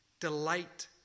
Delight